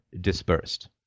dispersed